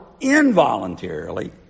involuntarily